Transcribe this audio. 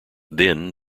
then